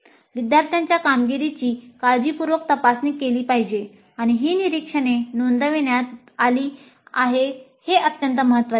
विद्यार्थ्यांच्या कामगिरीची काळजीपूर्वक तपासणी केली पाहिजे आणि ही निरीक्षणे नोंदविण्यात आली हे अत्यंत महत्वाचे आहे